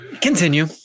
continue